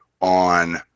on